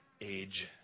age